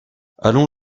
allons